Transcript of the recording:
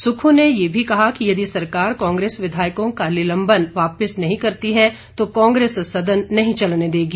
सुक्खू ने ये भी कहा कि यदि सरकार कांग्रेस विधायकों का निलंबन वापिस नहीं करती है तो कांग्रेस सदन नहीं चलने देगी